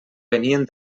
venien